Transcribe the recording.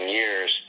years